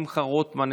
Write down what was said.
שמחה רוטמן,